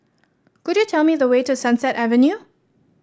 could you tell me the way to Sunset Avenue